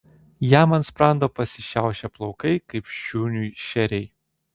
jam ant sprando pasišiaušė plaukai kaip šuniui šeriai